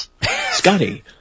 Scotty